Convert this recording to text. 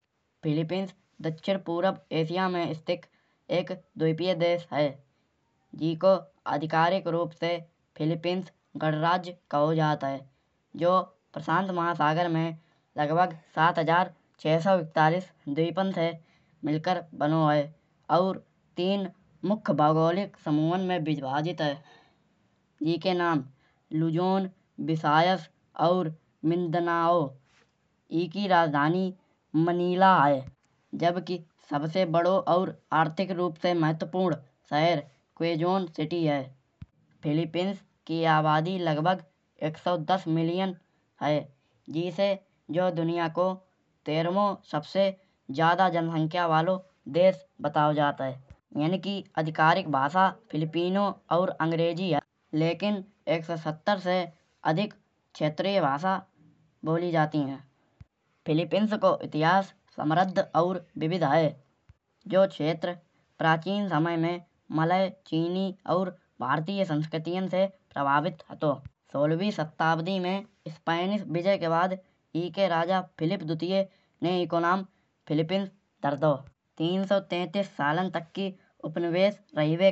फिलीपिन दक्षिण पूर्व एशिया में स्थित एक द्वीपीय देश है। जिसको आधिकारिक रूप से फिलीपिंस गणराज्य कहा जाता है। जो प्रशांत महासागर में लगभग सात हज़ार छह सौ अड़तालीस द्वीपों से मिलकर बना है। और तीन मुख्य भौगोलिक समूहों में विभाजित है। जिसके नाम लुजोन, विसायास और मिंदानाओ। और इसकी राजधानी मनीला है। जबकि सबसे बड़ा और आर्थिक रूप से महत्त्वपूर्ण शहर क्वाजन सिटी है। फिलीपिन्स की आबादी लगभग एक सौ दस मिलियन है। जिसे यह दुनिया का तेरहवाँ सबसे ज्यादा जनसंख्या वाला देश बताया जाता है। यहाँ की आधिकारिक भाषा फिलिपिनो और अंग्रेज़ी है। लेकिन एक सौ सत्तर से अधिक क्षेत्रीय भाषाएँ बोली जाती हैं। फिलीपिन्स का इतिहास समृद्ध और विविध है। जो क्षेत्र प्राचीन समय में मलय, चीनी और भारतीय संस्कृतियों से प्रभावित था। सोलहवीं सदी में स्पेनिश विजय के बाद इसके राजा फिलिप द्वितीय ने इसे नाम फिलीपिन्स धर दिया। तीन सौ तैंतीस सालों तक की उपनिवेश रहने के बाद। जो अठारह सौ अठानवी में अमेरिका के हाथों चला गया।